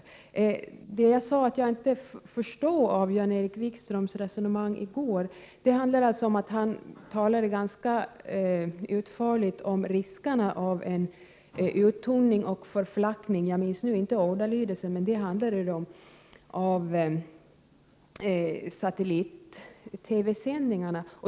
GL a AE RE Det jag sade att jag inte förstod i Jan-Erik Wikströms resonemang i går har att göra med det han sade när han utförligt beskrev riskerna för en uttunning och förflackning av satellit-TV-sändningarna.